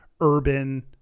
urban